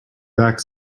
back